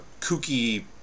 kooky